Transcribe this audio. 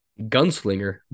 gunslinger